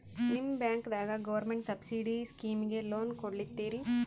ನಿಮ ಬ್ಯಾಂಕದಾಗ government subsidy ಸ್ಕೀಮಿಗಿ ಲೊನ ಕೊಡ್ಲತ್ತೀರಿ?